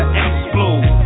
explode